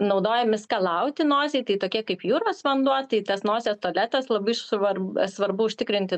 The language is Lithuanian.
naudojami skalauti nosį tai tokie kaip jūros vanduo tai tas nosies tualetas labai švar svarbu užtikrinti